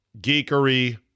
geekery